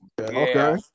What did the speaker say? Okay